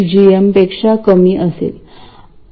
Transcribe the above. आता नक्कीच आपल्याला आणखी काही अटी पूर्ण कराव्या लागतील